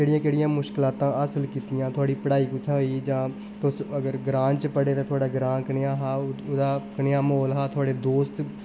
केह्ड़ियां केह्ड़ियां मुश्कलातां हासल कीतीयां तोआढ़ी पढ़ाई कुत्थें होई जां तुस अगर ग्रांऽ च पढ़े तां तोआड़ा ग्रांऽ कनेहा हा ओह्दा कनेहा माहौल हा तोआढ़े दोस्त